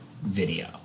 video